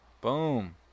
Boom